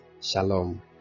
Shalom